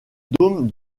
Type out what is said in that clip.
dôme